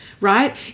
right